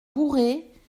bourret